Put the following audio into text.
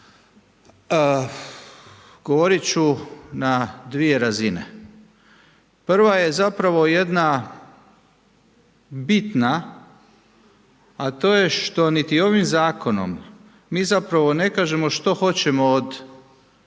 Govoriti ću na dvije razine. Prva je zapravo jedna bitna a to je što niti ovim zakonom mi zapravo ne kažemo što hoćemo od